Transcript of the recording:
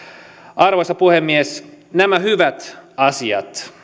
arvoisa puhemies nämä hyvät asiat